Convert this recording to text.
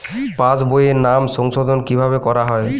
পাশ বইয়ে নাম সংশোধন কিভাবে করা হয়?